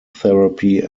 therapy